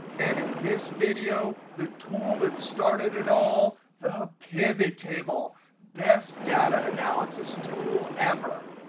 and in this video, the tool that started it all the pivottable, best data analysis tool ever.